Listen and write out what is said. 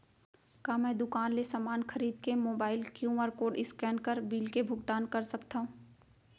का मैं दुकान ले समान खरीद के मोबाइल क्यू.आर कोड स्कैन कर बिल के भुगतान कर सकथव?